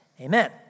Amen